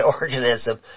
organism